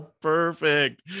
perfect